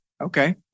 Okay